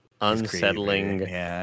unsettling